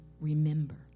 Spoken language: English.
remember